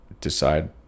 decide